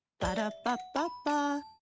Ba-da-ba-ba-ba